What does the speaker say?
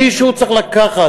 מישהו צריך לקחת,